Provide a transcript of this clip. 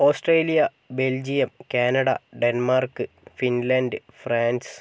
Australia Belgium Canada Denmark Finland France